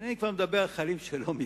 איני מדבר כבר על החיילים שלא מתגייסים,